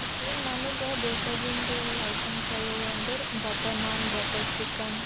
okay ನನಗೆ ಬೇಕಾಗಿದ್ದು items ಯಾವ್ಯಾವ ಅಂದರೆ ಬಟರ್ ನಾನು ಬಟರ್ ಚಿಕನ್